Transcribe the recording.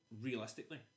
realistically